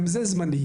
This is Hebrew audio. גם זה זמני.